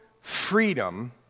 freedom